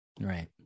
Right